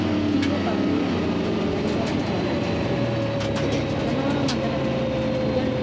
முக்கிய பறவை கண் கண்காளிப்பாளர்களுக்கு கடலோர மண்டலங்கள் முதல்